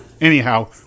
Anyhow